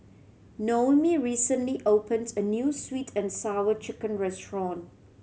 Noemi recently opened a new Sweet And Sour Chicken restaurant